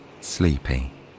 sleepy